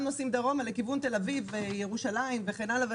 נוסעים דרומה לכיוון תל אביב וירושלים וכן הלאה,